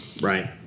Right